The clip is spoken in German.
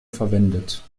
verwendet